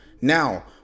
Now